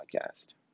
podcast